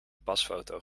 pasfoto